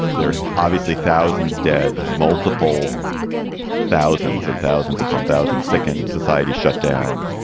there are obviously thousands dead, multiple thousands and thousands upon thousands sickened society shut down.